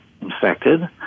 infected